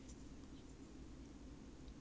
why your hair very flat no meh